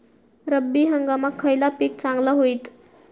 रब्बी हंगामाक खयला पीक चांगला होईत?